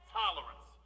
tolerance